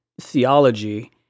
theology